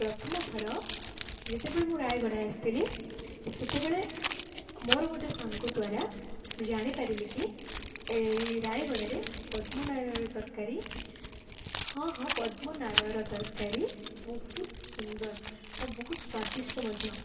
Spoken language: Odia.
ପ୍ରଥମ ଥର ଯେତେବେଳେ ମୁଁ ରାୟଗଡ଼ା ଆସିଥିଲି ସେତେବେଳେ ମୋର ଗୋଟେ ସାଙ୍ଗ ଦ୍ୱାରା ଜାଣିପାରିଲି କି ଏଇ ରାୟଗଡ଼ାରେ ପଦ୍ମନାଡ଼ର ତରକାରୀ ହଁ ହଁ ପଦ୍ମନାଡ଼ର ତରକାରୀ ବହୁତ ସୁନ୍ଦର ଆଉ ବହୁତ ସ୍ୱାଦିଷ୍ଟ ମଧ୍ୟ